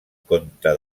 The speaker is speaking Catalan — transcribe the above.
conte